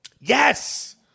Yes